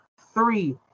three